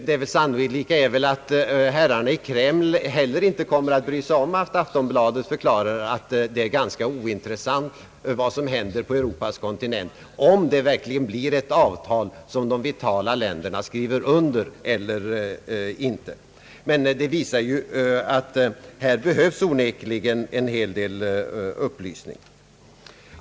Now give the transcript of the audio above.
Det sannolika är väl att herrarna i Kreml heller inte kommer att bry sig om att Aftonbladet förklarar att det är ganska ointressani vad som händer på Europas kontinent — om det verkligen blir ett avtal som de vitala länderna skriver under eller inte. Sådana uttalanden visar emellertid att här onekligen behövs upplysning.